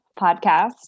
podcast